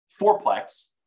fourplex